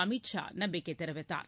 அமீத் ஷா நம்பிக்கை தெரிவித்தார்